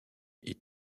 est